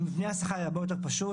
מבנה השכר יהיה הרבה יותר פשוט.